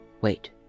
wait